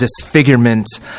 disfigurement